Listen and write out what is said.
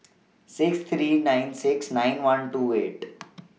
six three nine six nine one two eight